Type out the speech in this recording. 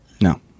No